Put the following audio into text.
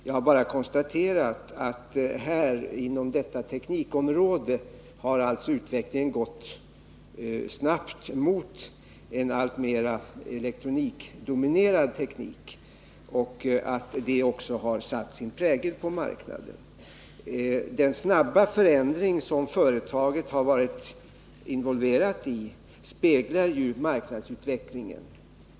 Jag har bara konstaterat att inom detta teknikområde har utvecklingen gått snabbt mot en alltmer elektronikdominerad teknik och att det också har satt sin prägel på marknaden. Den snabba förändring som företaget varit involverat i speglar marknadsutvecklingen.